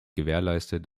gewährleistet